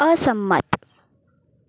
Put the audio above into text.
અસંમત